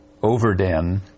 Overden